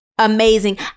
Amazing